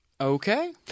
Okay